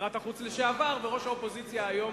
שרת החוץ לשעבר וראש האופוזיציה היום,